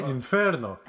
Inferno